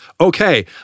okay